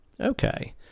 Okay